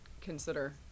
consider